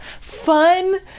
fun